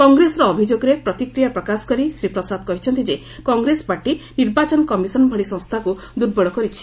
କଂଗ୍ରେସର ଅଭିଯୋଗରେ ପ୍ରତିକ୍ରିୟା ପ୍ରକାଶ କରି ଶ୍ରୀ ପ୍ରସାଦ କହିଛନ୍ତି ଯେ କଂଗ୍ରେସ ପାର୍ଟି ନିର୍ବାଚନ କମିଶନ୍ ଭଳି ସଂସ୍ଥାକୁ ଦୁର୍ବଳ କରିଛି